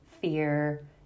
fear